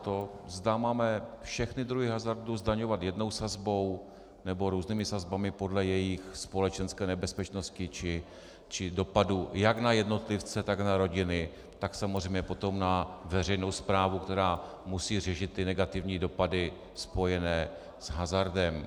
V zásadě se jedná o to, zda máme všechny druhy hazardu zdaňovat jednou sazbou, nebo různými sazbami podle jejich společenské nebezpečnosti či dopadu jak na jednotlivce, tak na rodiny, tak samozřejmě potom na veřejnou správu, která musí řešit negativní dopady spojené s hazardem.